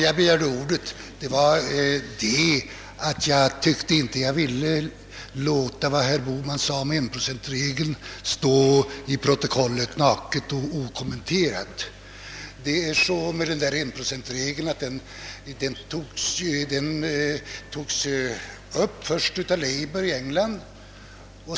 Jag begärde emellertid ordet därför att jag inte ville låta vad herr Bohman sade om enprocentsregeln stå naket och okommenterat i protokollet. Tanken på denna enprocentsregel togs först upp av Labour i England.